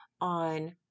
on